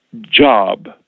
job